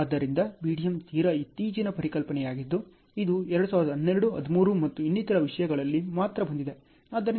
ಆದ್ದರಿಂದ BDM ತೀರಾ ಇತ್ತೀಚಿನ ಪರಿಕಲ್ಪನೆಯಾಗಿದ್ದು ಇದು 2012 13 ಮತ್ತು ಇನ್ನಿತರ ವಿಷಯಗಳಲ್ಲಿ ಮಾತ್ರ ಬಂದಿದೆ